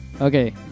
Okay